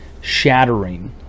shattering